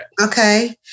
Okay